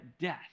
death